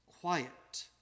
quiet